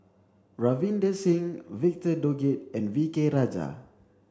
Ravinder Singh Victor Doggett and V K Rajah